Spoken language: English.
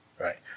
Right